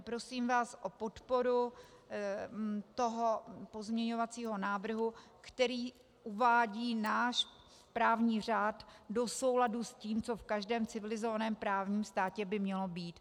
Prosím vás o podporu toho pozměňovacího návrhu, který uvádí náš právní řád do souladu s tím, co by v každém civilizovaném právním státě mělo být.